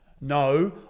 no